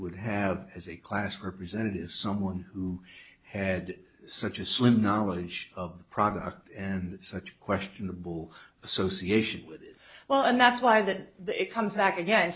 would have as a class representative someone who had such a slim knowledge of product and such questionable associations with it well and that's why that it comes back again